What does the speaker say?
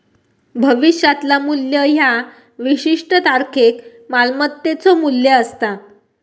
भविष्यातला मू्ल्य ह्या विशिष्ट तारखेक मालमत्तेचो मू्ल्य असता